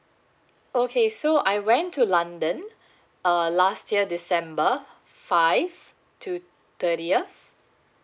okay so I went to london uh last year december five to thirtieth